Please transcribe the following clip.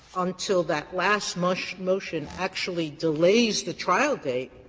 until that last motion motion actually delays the trial date,